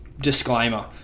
disclaimer